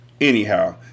Anyhow